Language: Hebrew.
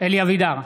אלי אבידר,